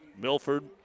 Milford